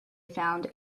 found